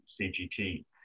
CGT